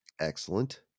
excellent